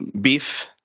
beef